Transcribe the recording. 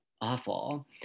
awful